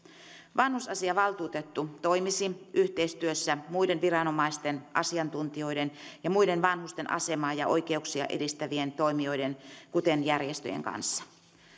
vanhusasiavaltuutettu toimisi yhteistyössä muiden viranomaisten asiantuntijoiden ja muiden vanhusten asemaa ja oikeuksia edistävien toimijoiden kuten järjestöjen kanssa